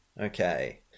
Okay